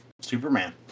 Superman